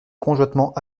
conjointement